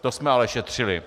To jsme ale šetřili!